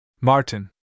Martin